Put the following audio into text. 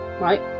Right